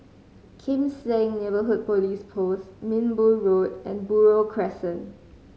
Kim Seng Neighbourhood Police Post Minbu Road and Buroh Crescent